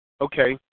Okay